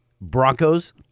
Broncos